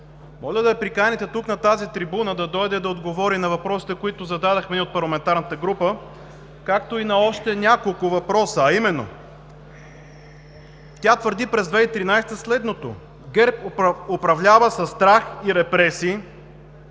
моля да я приканите тук на тази трибуна да дойде да отговори на въпросите, които зададохме и от парламентарната група, както и на още няколко въпроса. Тя твърди през 2013 г. следното: „ГЕРБ управлява със страх и репресии.